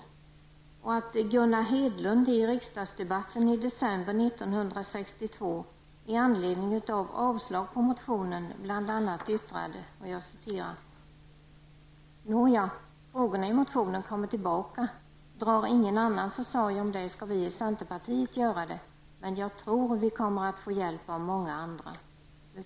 Det är också intressant att Gunnar Hedlund i riksdagsdebatten i december 1962 -- i anledning av att utskottet urkade avslag på motionen -- bl.a. yttrade: Nåja, frågorna i motionen kommer tillbaka. Drar ingen annan försorg om det skall vi i centerpartiet göra det, men jag tror att vi kommer att få hjälp av många andra.